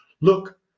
look